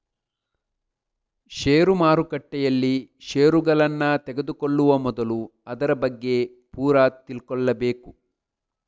ಷೇರು ಮಾರುಕಟ್ಟೆಯಲ್ಲಿ ಷೇರುಗಳನ್ನ ತೆಗೆದುಕೊಳ್ಳುವ ಮೊದಲು ಅದರ ಬಗ್ಗೆ ಪೂರ ತಿಳ್ಕೊಬೇಕು